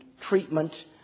treatment